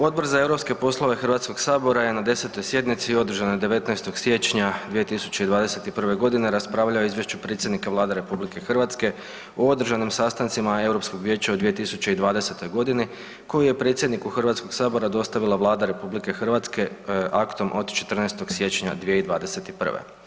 Odbor za europske poslove Hrvatskog sabora je na 10. sjednici održanoj 19. siječnja 2021. godine raspravljao o Izvješću predsjednika Vlade RH o održanim sastancima Europskog vijeća u 2020. godini koji je predsjedniku Hrvatskoga sabora dostavila Vlada RH aktom od 14. siječnja 2021.